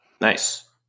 Nice